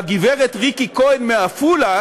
והגברת ריקי כהן מעפולה